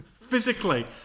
Physically